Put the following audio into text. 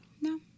No